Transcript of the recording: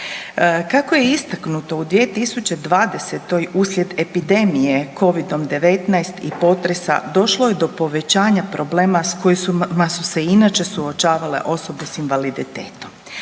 Kako je istaknuto u 2020. uslijed epidemije Covidom-19 i potresa došlo je do povećanja problema s kojima su se i inače suočavale osobe s invaliditetom.